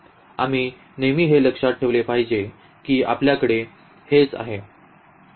आम्ही नेहमी हे लक्षात ठेवले पाहिजे की आपल्याकडे हेच आहे